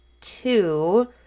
two